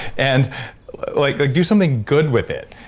and like do something good with it.